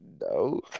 No